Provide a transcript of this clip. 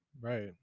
Right